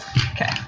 Okay